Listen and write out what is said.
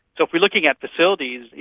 so if we're looking at facilities,